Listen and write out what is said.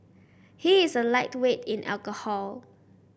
he is a lightweight in alcohol